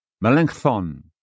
Melanchthon